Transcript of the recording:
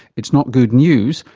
it's not good news,